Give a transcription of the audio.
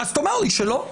אז תאמר לי שלא.